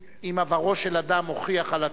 אם עברו של אדם מוכיח על עתידו,